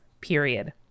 period